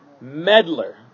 Meddler